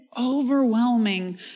overwhelming